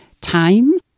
time